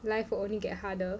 life will only get harder